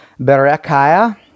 Berechiah